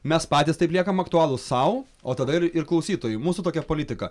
mes patys taip liekam aktualūs sau o tada ir ir klausytojui mūsų tokia politika